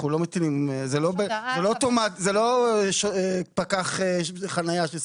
זה לא פקח חניה.